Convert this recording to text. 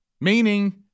meaning